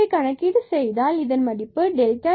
எனவே கணக்கீடு செய்தால் yx term y என்பது x23